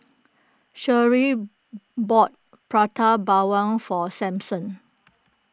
Sherree bought Prata Bawang for Samson